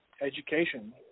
education